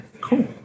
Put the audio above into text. Cool